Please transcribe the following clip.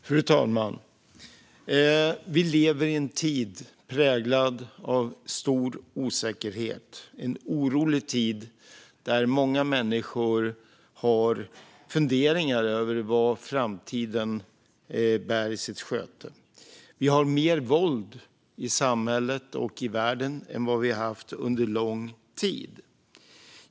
Fru talman! Vi lever i en tid präglad av stor osäkerhet. Det är en orolig tid då många människor har funderingar över vad framtiden bär i sitt sköte. Vi har mer våld i samhället och i världen än vad vi haft under lång tid.